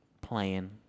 playing